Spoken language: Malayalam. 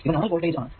ഇവ നോഡൽ വോൾടേജ് ആണ്